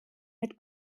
mit